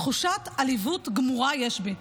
תחושת עליבות גמורה יש בי,